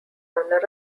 runner